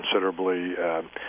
considerably